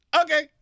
okay